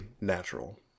natural